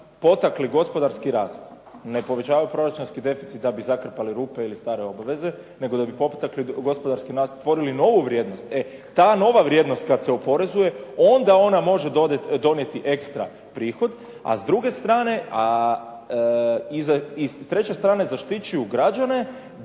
potakli gospodarski rast. Ne povećavaju proračunski deficit da bi zakrpali rupe ili stare obaveze, nego da bi potakli gospodarski rast i stvorili novu vrijednost. E ta nova vrijednost kada se oporezuje, onda ona može donijeti ekstra prihod. A s druge strane, a s treće strane zaštićuju građane